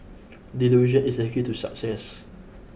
delusion is the key to success